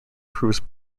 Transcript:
proves